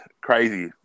crazy